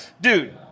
Dude